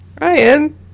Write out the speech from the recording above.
Ryan